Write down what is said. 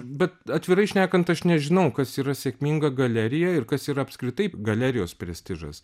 bet atvirai šnekant aš nežinau kas yra sėkminga galerija ir kas yra apskritai galerijos prestižas